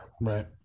Right